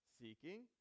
seeking